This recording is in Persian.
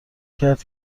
کرد